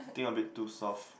think a bit too soft